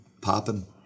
popping